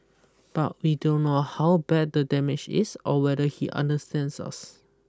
but we don't know how bad the damage is or whether he understands us